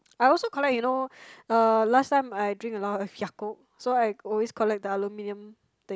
I also collect you know uh last time I drink a lot of Yakult so I always collect the aluminium thing